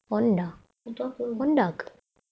model apa